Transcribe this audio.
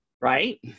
Right